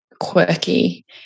quirky